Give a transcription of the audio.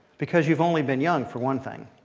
because you've only been young, for one thing.